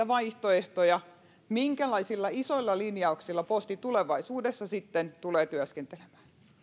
vaihtoehtoja minkälaisilla isoilla linjauksilla posti tulevaisuudessa sitten tulee työskentelemään